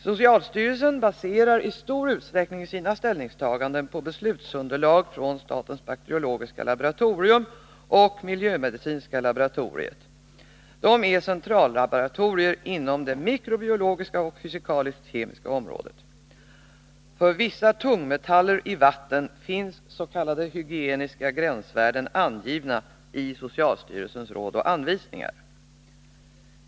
Socialstyrelsen baserar i stor utsträckning sina ställningstaganden på beslutsunderlag från statens bakteriologiska laboratorium och miljömedicinska laboratoriet. Dessa är centrallaboratorier inom det mikrobiologiska och fysikalisk-kemiska området. För vissa tungmetaller i vatten finns s.k. hygieniska gränsvärden angivna i socialstyrelsens råd och anvisningar.